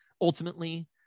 ultimately